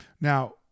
Now